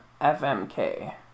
FMK